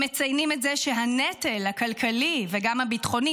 הם מציינים את זה שהנטל הכלכלי וגם הביטחוני